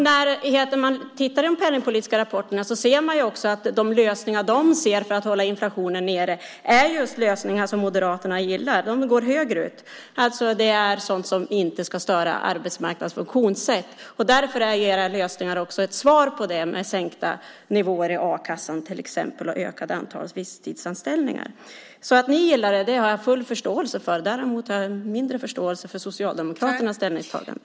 När man tittar i den penningpolitiska rapporterna ser man att de lösningar som finns där för att hålla inflationen nere är just lösningar som Moderaterna gillar. De går högre upp; det är alltså sådant som inte ska störa arbetsmarknadens funktionssätt. Därför är era lösningar också ett svar på det här, med sänkta nivåer i a-kassan och ökat antal visstidsanställningar till exempel. Jag har alltså full förståelse för att ni gillar det här. Däremot har jag mindre förståelse för Socialdemokraterna ställningstagande.